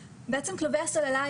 אלה תמונות שצילמנו בספטמבר,